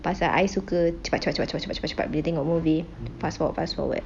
pasal I suka cepat cepat cepat boleh tengok movie fast forward fast forward